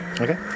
Okay